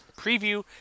Preview